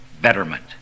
betterment